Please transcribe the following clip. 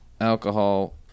alcohol